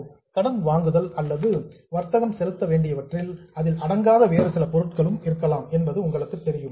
borrowings கடன் வாங்குதல் அல்லது டிரேட் பேயபிள்ஸ் வர்த்தகம் செலுத்த வேண்டியவற்றில் அதில் அடங்காத வேறு சில பொருட்களும் இருக்கலாம் என்பது உங்களுக்குத் தெரியும்